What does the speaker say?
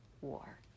war